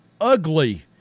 ugly